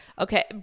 Okay